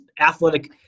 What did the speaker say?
athletic